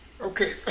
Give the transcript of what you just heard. Okay